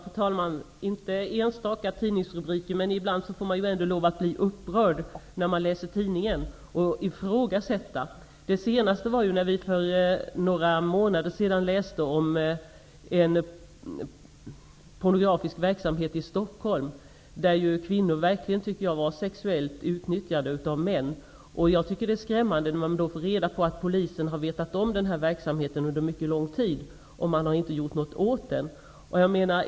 Fru talman! Vi skall inte titta på enstaka tidningsrubriker, men ibland får man ändå lov att bli upprörd och ifrågasätta när man läser tidningen. Det senaste var när vi för några månader sedan läste om en pornografisk verksamhet i Stockholm där kvinnor verkligen var sexuellt utnyttjade av män. Det är skrämmande när man då får reda på att polisen har vetat om den här verksamheten under mycket lång tid utan att göra något åt den.